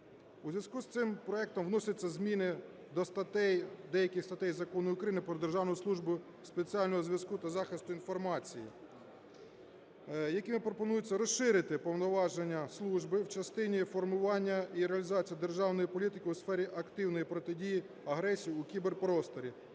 У зв'язку з цим проектом вносяться зміни до деяких статей Закону України про Державну службу спеціального зв'язку та захисту інформації, якими пропонується розширити повноваження служби в частині формування і реалізації державної політики у сфері активної протидії агресії у кіберпросторі.